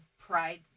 pride